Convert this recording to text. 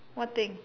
what thing